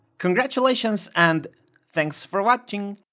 congratulations and thanks for watching!